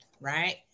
right